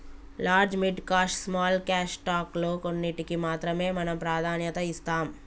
large mid cash small cash stock లో కొన్నింటికీ మాత్రమే మనం ప్రాధాన్యత ఇస్తాం